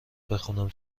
بخونم